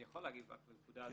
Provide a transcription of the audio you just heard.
אני יכול להגיב בנקודה הזאת.